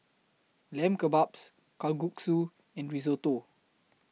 Lamb Kebabs Kalguksu and Risotto